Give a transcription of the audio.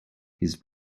his